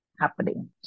happening